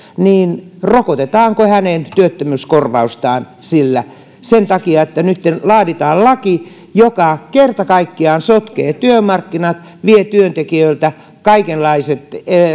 rokotetaanko hänen työttömyyskorvaustaan sen takia että nytten laaditaan laki joka kerta kaikkiaan sotkee työmarkkinat vie työntekijöiltä kaikenlaisen